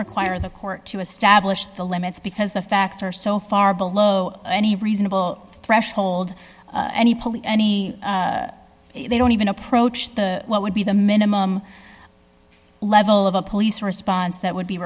require the court to establish the limits because the facts are so far below any reasonable threshold any pully any they don't even approach the what would be the minimum level of a police response that would be